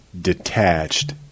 detached